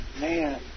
Man